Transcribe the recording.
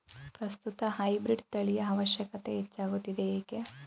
ಪ್ರಸ್ತುತ ಹೈಬ್ರೀಡ್ ತಳಿಯ ಅವಶ್ಯಕತೆ ಹೆಚ್ಚಾಗುತ್ತಿದೆ ಏಕೆ?